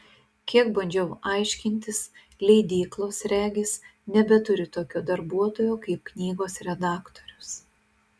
kiek bandžiau aiškintis leidyklos regis nebeturi tokio darbuotojo kaip knygos redaktorius